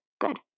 good